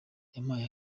yampaye